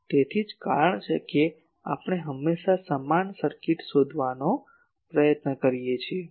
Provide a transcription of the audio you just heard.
તેથી તે જ કારણ છે કે આપણે હંમેશાં સમાન સર્કિટ શોધવાનો પ્રયત્ન કરીએ છીએ